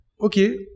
Okay